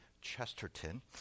Chesterton